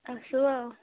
আছোঁ আৰু